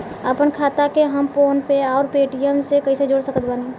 आपनखाता के हम फोनपे आउर पेटीएम से कैसे जोड़ सकत बानी?